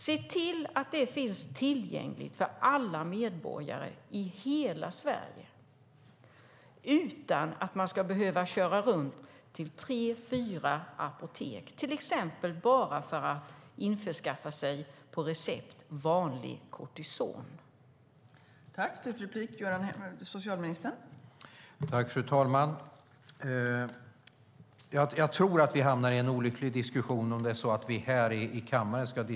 Se till att de finns tillgängliga för alla medborgare i hela Sverige så att ingen ska behöva köra runt till tre fyra apotek för att till exempel införskaffa vanligt kortison på recept.